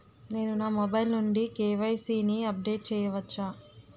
నేను నా మొబైల్ నుండి కే.వై.సీ ని అప్డేట్ చేయవచ్చా?